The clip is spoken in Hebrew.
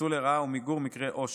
ניצול לרעה ומיגור מקרי עושק.